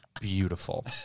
beautiful